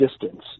distance